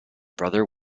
brother